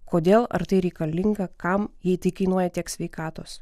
kodėl ar tai reikalinga kam jei tai kainuoja tiek sveikatos